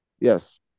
Yes